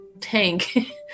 tank